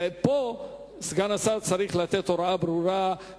ופה סגן השר צריך לתת הוראה ברורה,